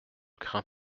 crains